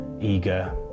eager